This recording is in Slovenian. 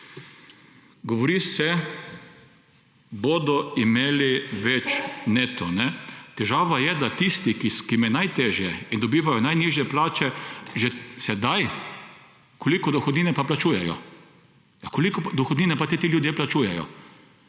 Govori se, bodo imeli več neto. Težava je, da tisti, ki jim je najtežje in dobivajo najnižje plače že sedaj – koliko dohodnine pa plačujejo? Koliko dohodnine pa ti ljudje plačujejo?